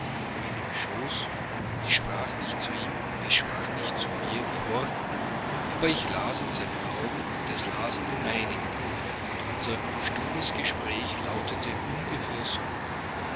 meinem schoße ich sprach nicht zu ihm es sprach nicht zu mir in worten aber ich las in seinen augen und es las in den meinigen und unser stummes gespräch lautete ungefähr so